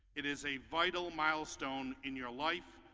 it is a vital milestone in your life,